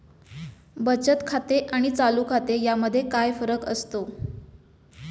बचत खाते आणि चालू खाते यामध्ये फरक काय असतो?